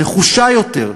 נחושה יותר,